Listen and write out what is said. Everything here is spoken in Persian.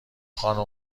خانمها